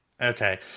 Okay